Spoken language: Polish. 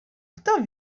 kto